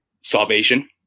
starvation